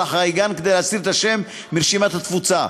החייגן כדי להסיר את השם מרשימת התפוצה.